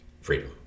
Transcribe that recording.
freedom